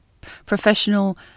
professional